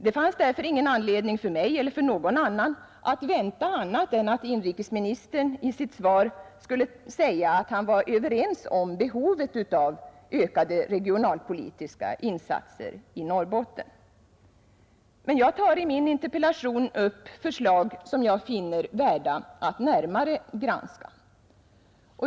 Det fanns därför ingen anledning för mig eller någon annan att vänta annat än att inrikesminis Nr 76 tern i sitt svar skulle säga att han var överens med oss om behovet av Onsdagen den ökade regionalpolitiska insatser i Norrbotten. Men jag har i min 5 maj 1971 interpellation tagit upp förslag som jag finner värda att närmare granska.